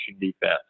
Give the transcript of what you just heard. defense